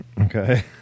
Okay